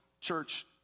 church